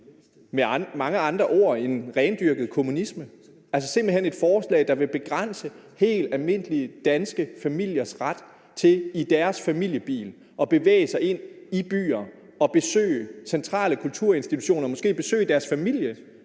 med mange andre ord end rendyrket kommunisme, altså simpelt hen et forslag, der vil begrænse helt almindelige danske familiers ret til i deres familiebil at bevæge sig ind i byerne og besøge centrale kulturinstitutioner og måske besøge deres familie,